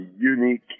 unique